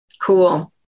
Cool